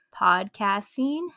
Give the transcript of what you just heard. podcasting